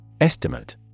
Estimate